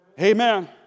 Amen